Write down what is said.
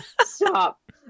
stop